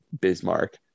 Bismarck